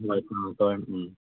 ꯍꯣꯏ ꯎꯝ ꯍꯣꯏ ꯎꯝ